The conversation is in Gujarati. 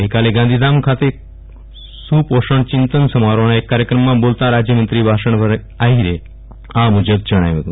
ગઈકાલે ગાંધીધામ ખાતે સુપોષણ ચિંતન સમારોફના એક કાર્યક્રમમાં બોલતા રાજ્યમંત્રી વાસણભાઈ આહિરે આ મુજબ જણાવ્યું હતું